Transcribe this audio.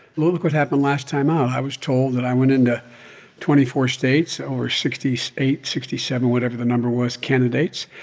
look what happened last time out. i was told that i went into twenty four states or sixty so eight, sixty seven whatever the number was candidates,